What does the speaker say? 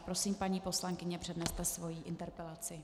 Prosím, paní poslankyně, předneste svoji interpelaci.